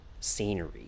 scenery